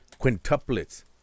Quintuplets